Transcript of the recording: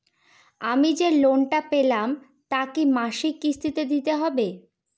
আমি যে লোন টা পেলাম তা কি মাসিক কিস্তি তে দিতে হবে?